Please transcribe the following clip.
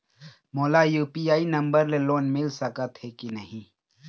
मोला UPI number ले loan मिल सकथे कि नहीं?